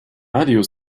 radius